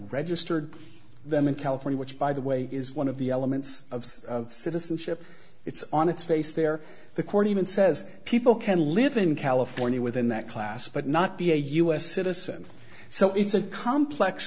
registered them in california which by the way is one of the elements of citizenship it's on its face there the court even says people can live in california within that class but not be a u s citizen so it's a complex